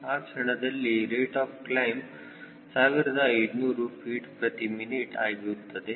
ಆ ಕ್ಷಣದಲ್ಲಿ rate of climb 1500 ftmin ಆಗುತ್ತದೆ